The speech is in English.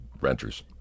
renters